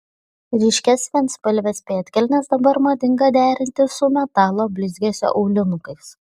ryškias vienspalves pėdkelnes dabar madinga derinti su metalo blizgesio aulinukais